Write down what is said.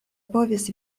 povis